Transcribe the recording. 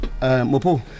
Mopo